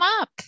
up